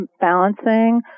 balancing